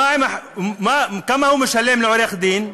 כמה הוא משלם לעורך-דין?